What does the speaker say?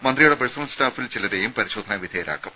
മന്ത്രിയുടെ പഴ്സണൽ സ്റ്റാഫിൽ ചിലരെയും പരിശോധനാ വിധേയരാക്കും